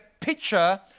picture